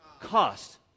cost